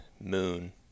moon